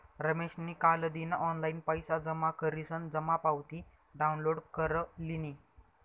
रमेशनी कालदिन ऑनलाईन पैसा जमा करीसन जमा पावती डाउनलोड कर लिनी